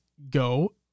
go